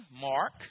Mark